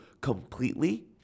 completely